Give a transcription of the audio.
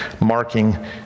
marking